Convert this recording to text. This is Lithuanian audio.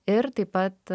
ir taip pat